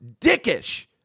dickish